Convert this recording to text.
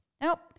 Nope